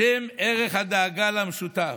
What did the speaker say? בשם ערך הדאגה למשותף,